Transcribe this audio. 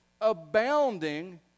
abounding